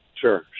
Sure